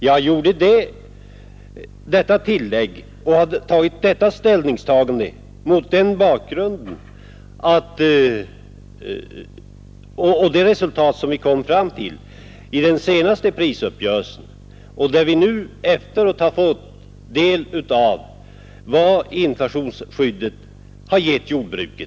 Jag har gjort detta tillägg och detta ställningstagande mot bakgrunden av det resultat som vi kom fram till i den senaste prisuppgörelsen. Vi har nu efteråt fått del av vad inflationsskyddet har gett jordbruket.